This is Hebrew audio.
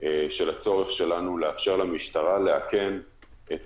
של הצורך שלנו לאפשר למשטרה לאכן את